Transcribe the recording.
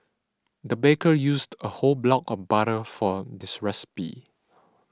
the baker used a whole block of butter for this recipe